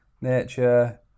nature